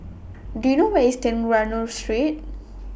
Do YOU know Where IS Trengganu Street